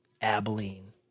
Abilene